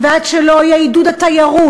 ועד שלא יהיה עידוד התיירות,